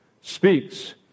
speaks